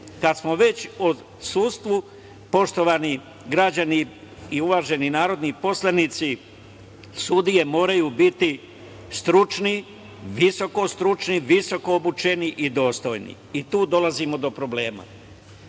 smo već o sudstvu, poštovani građani i uvaženi narodni poslanici, sudije moraju biti stručni, visokostručni, visokoobučeni i dostojni. I tu dolazimo do problema.